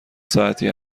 ساعتی